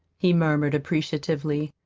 he murmured appreciatively.